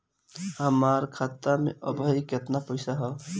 हमार खाता मे अबही केतना पैसा ह?